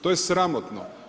To je sramotno.